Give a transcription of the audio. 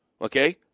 okay